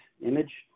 image